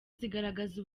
zigaragaza